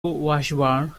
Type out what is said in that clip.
washburn